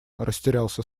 растерялся